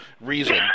reason